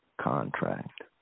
contract